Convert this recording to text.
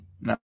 no